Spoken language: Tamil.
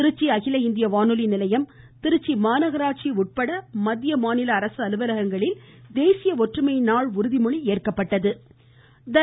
திருச்சி அகில இந்திய வானொலி நிலையம் திருச்சி மாநகராட்சி உட்பட மத்திய மாநில அரசு அலுவலகங்களில் தேசிய ஒற்றுமை நாள் உறுதிமொழி ஏற்கப்பட்டது